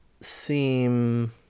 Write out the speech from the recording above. ...seem